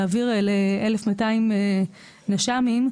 להעביר ל-1,200 נש"מים,